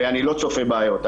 ואני לא צופה בעיות.